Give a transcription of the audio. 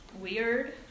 Weird